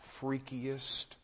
freakiest